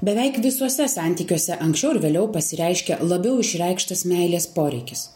beveik visuose santykiuose anksčiau ar vėliau pasireiškia labiau išreikštas meilės poreikis